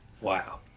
Wow